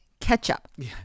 Ketchup